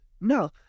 no